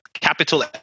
Capital